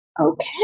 okay